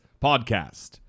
podcast